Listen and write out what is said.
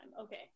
okay